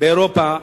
באירופה,